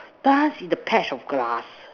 dance in the patch of grass